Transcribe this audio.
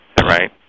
Right